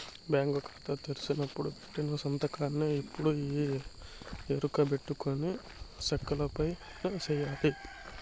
bank కాతా తెరిసినపుడు పెట్టిన సంతకాన్నే ఎప్పుడూ ఈ ఎరుకబెట్టుకొని సెక్కులవైన సెయ్యాల